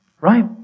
right